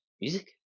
Music